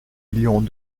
millions